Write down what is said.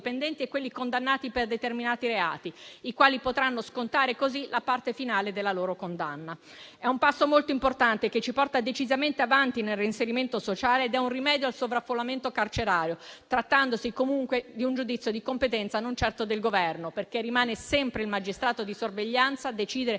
È un passo molto importante che ci porta decisamente avanti nel reinserimento sociale ed è un rimedio al sovraffollamento carcerario, trattandosi comunque di un giudizio di competenza, non certo del Governo, perché rimane sempre il magistrato di sorveglianza a decidere